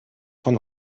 von